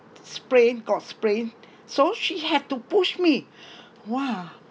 sprained got sprained so she had to push me !wah!